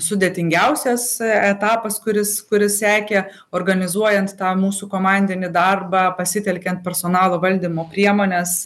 sudėtingiausias etapas kuris kuris sekė organizuojant tą mūsų komandinį darbą pasitelkiant personalo valdymo priemones